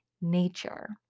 nature